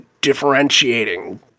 differentiating